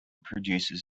produces